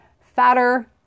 fatter